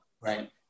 right